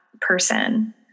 person